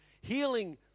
Healing